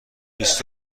بیست